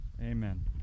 Amen